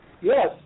Yes